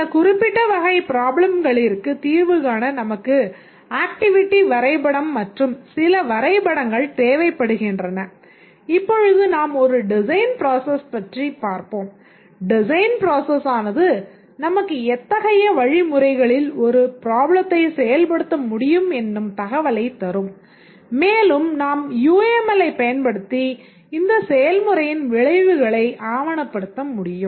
சில குறிப்பிட்ட வகை ப்ராப்ளம்களிற்கு தீர்வு காண நமக்கு ஆக்டிவிட்டி வரைபடம் ஐ பயன்படுத்தி இந்த செயல்முறையின் விளைவுகளை ஆவணப்படுத்த முடியும்